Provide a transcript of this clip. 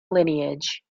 lineage